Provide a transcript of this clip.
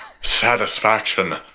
satisfaction